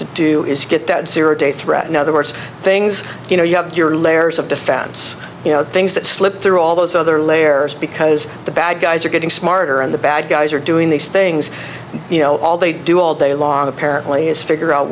to do is get that zero day threat in other words things you know you have your layers of defense you know things that slip through all those other layers because the bad guys are getting smarter and the bad guys are doing these things you know all they do all day long apparently is figure out